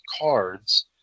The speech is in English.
cards